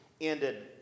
ended